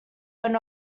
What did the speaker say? not